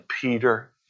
Peter